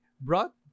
brought